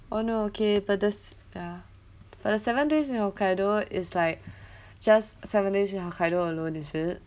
oh no okay but this ya but the seven days in hokkaido is like just seven days in hokkaido alone is it